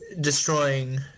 destroying